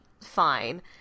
fine